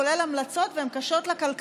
כולל המלצות שצריך לומר שהן קשות לכלכלה.